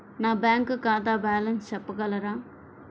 నా బ్యాంక్ ఖాతా బ్యాలెన్స్ చెప్పగలరా?